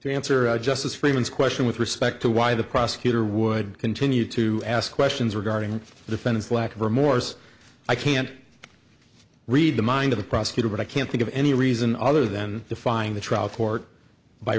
to answer justice freeman's question with respect to why the prosecutor would continue to ask questions regarding the fairness lack of remorse i can't read the mind of the prosecutor but i can't think of any reason other than defying the trial court by